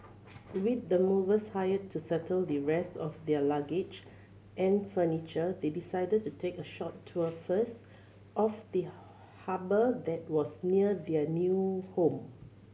with the movers hired to settle the rest of their luggage and furniture they decided to take a short tour first of the harbour that was near their new home